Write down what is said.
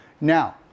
now